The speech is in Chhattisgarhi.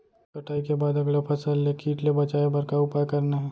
कटाई के बाद अगला फसल ले किट ले बचाए बर का उपाय करना हे?